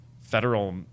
federal